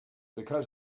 because